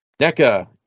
NECA